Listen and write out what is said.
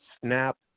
SNAP